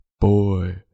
Boy